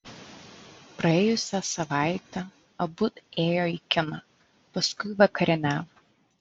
praėjusią savaitę abu ėjo į kiną paskui vakarieniavo